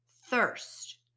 thirst